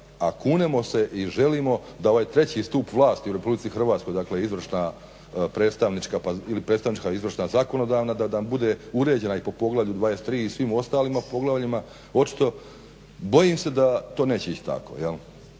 a kunemo se i želimo da ovaj treći stup vlasti u RH, dakle izvršna, predstavnička ili predstavnička, izvršna, zakonodavna da bude uređena i po Poglavlju 23. i svim ostalim poglavljima. Očito, bojim se da to neće ići tako